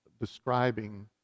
describing